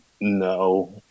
no